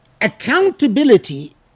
Accountability